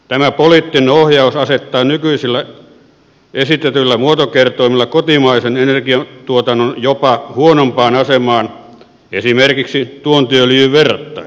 tämä poliittinen ohjaus asettaa nykyisillä esitetyillä muotokertoimilla kotimaisen energiantuotannon jopa huonompaan asemaan esimerkiksi tuontiöljyyn verrattaessa